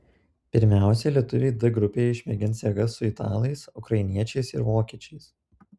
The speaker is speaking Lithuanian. pirmiausia lietuviai d grupėje išmėgins jėgas su italais ukrainiečiais ir vokiečiais